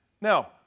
Now